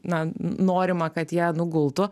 na norima kad jie nugultų